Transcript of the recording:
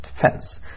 fence